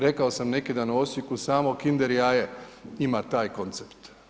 Rekao sam neki dan u Osijeku, samo Kinder jaje ima taj koncept.